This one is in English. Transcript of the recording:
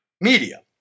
media